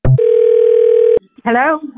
hello